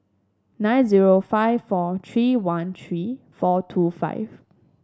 nine zero five four three one three four two five